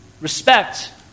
Respect